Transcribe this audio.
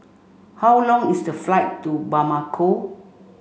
how long is the flight to Bamako